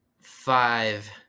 Five